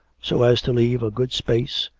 so as to leave a good space,